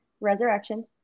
resurrection